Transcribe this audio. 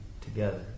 together